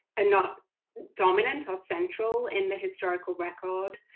ah not dominant or central in the historical record,